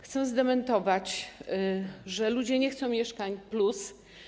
Chcę zdementować, że ludzie nie chcą mieszkań plus.